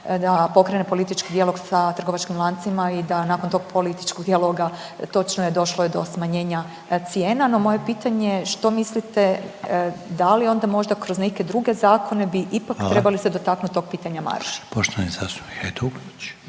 da pokrene politički dijalog sa trgovačkim lancima i da nakon tog političkog dijaloga točno je došlo je do smanjenja cijena. No moje pitanje je što mislite da li onda možda kroz neke druge zakone bi ipak …/Upadica Reiner: Hvala./… trebali